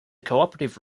cooperative